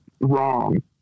wrong